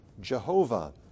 Jehovah